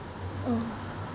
mm